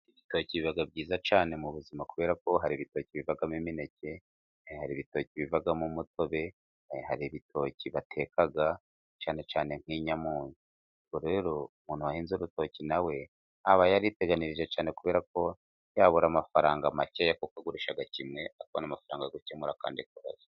Ibitoki biba byiza cyane mu buzima, kubera ko hari ibitoki bivamo imineke, hari ibitoki bivamo umutobe, hari ibitoki bateka cyane cyane nk'inyanyu, rero umuntu wahize urutoki nawe aba yariteganirije cyane, kubera ko ntiyabura amafaranga make, agurisha kimwe akabona amafaranga yo gukemura akandi kabazo.